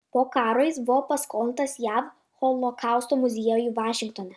po karo jis buvo paskolintas jav holokausto muziejui vašingtone